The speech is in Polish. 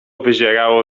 wyzierało